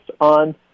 on